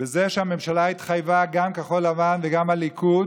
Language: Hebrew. זה שהממשלה התחייבה, גם כחול לבן וגם הליכוד,